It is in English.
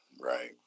right